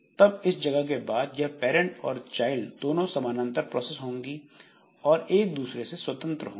तब इस जगह के बाद यह पैरंट और चाइल्ड दोनों समानांतर प्रोसेस होंगी और एक दूसरे से स्वतंत्र होंगी